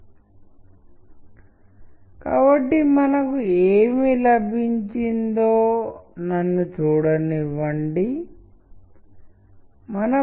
మీరు గోతిక్ ని చూస్తే ఇది కొంత భిన్నమైన అసోసియేషన్ ని తెలియజేస్తుంది ఆపై మనం కాలిబ్రి ని చూడొచ్చు లేదా బెర్నార్డ్ కాంక్రీటు వంటి వాటిని చూస్తే ఇది వేరే విధంగా కమ్యూనికేట్ చేస్తుంది